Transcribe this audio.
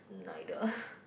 neither